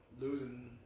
losing